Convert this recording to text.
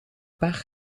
pech